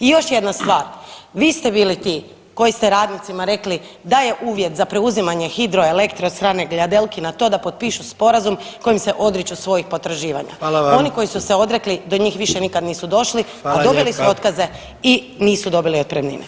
I još jedna stvar, vi ste bili ti koji ste radnicima rekli da je uvjet za preuzimanje Hidroelektre od strane Gljadelkina to da potpišu sporazum kojim se odriču svojih potraživanja [[Upadica predsjednik: Hvala vam.]] oni koji su se odrekli do njih više nikad nisu došli, a dobili su otkaze i nisu dobili otpremnine.